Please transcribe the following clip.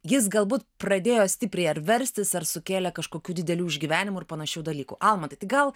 jis galbūt pradėjo stipriai ar verstis ar sukėlė kažkokių didelių išgyvenimų ir panašių dalykų almantai tai gal